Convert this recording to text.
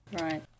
Right